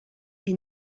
est